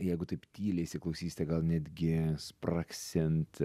jeigu taip tyliai įsiklausysite gal netgi spragsint